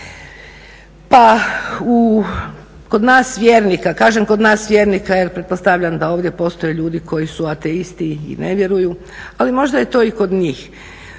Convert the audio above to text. pa kod vjernika, kažem kod nas vjernika jer pretpostavljam da ovdje postoje ljudi koji su ateisti i ne vjeruju, ali je to možda i kod njih.